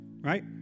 right